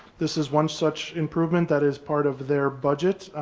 this is one such improvement that is part of their budget.